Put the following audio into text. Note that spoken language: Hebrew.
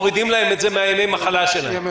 מורידים להם את זה מימי מחלה שלהם.